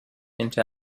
into